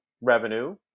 revenue